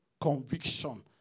conviction